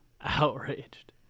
Outraged